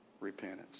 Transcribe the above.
repentance